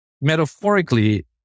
metaphorically